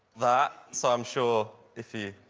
that. so i'm sure. if you.